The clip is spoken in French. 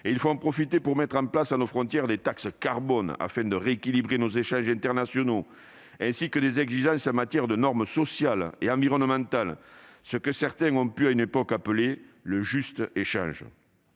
Il faut en profiter pour mettre en place à nos frontières des taxes carbone, afin de rééquilibrer nos échanges internationaux, ainsi que des exigences en matière de normes sociales et environnementales, ce que certains ont pu appeler le « juste échange